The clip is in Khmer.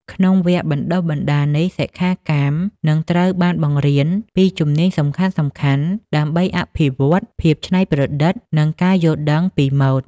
ក្នុងវគ្គបណ្តុះបណ្តាលនេះ សិក្ខាកាមនឹងត្រូវបានបង្រៀនពីជំនាញសំខាន់ៗដើម្បីអភិវឌ្ឍ ភាពច្នៃប្រឌិត និង ការយល់ដឹងពីម៉ូដ។